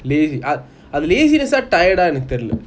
lazy ah lazy அது:athu laziness eh tired eh என்னக்கு தெரில:ennaku terila